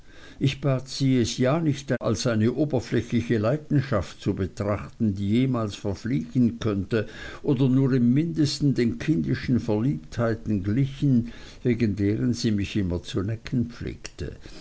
ich bat sie es ja nicht als eine oberflächliche leidenschaft zu betrachten die jemals verfliegen könnte oder nur im mindesten den kindischen verliebtheiten gliche wegen deren sie mich immer zu necken pflegte